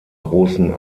großen